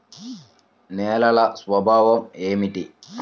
నేలల స్వభావం ఏమిటీ?